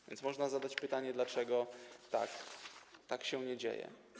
A więc można zadać pytanie, dlaczego tak się nie dzieje.